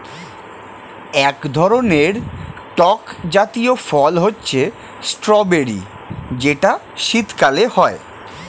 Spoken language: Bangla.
এক ধরনের টক জাতীয় ফল হচ্ছে স্ট্রবেরি যেটা শীতকালে হয়